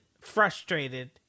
frustrated